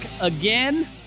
again